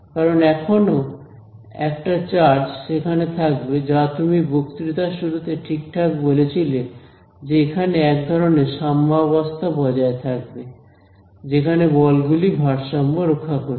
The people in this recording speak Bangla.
কারণ এখনো একটা চার্জ সেখানে থাকবে যা তুমি বক্তৃতার শুরুতে ঠিকঠাক বলেছিলে যে এখানে এক ধরনের সাম্যবস্থা বজায় থাকবে যেখানে বল গুলি ভারসাম্য রক্ষা করছে